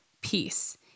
peace